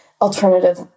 alternative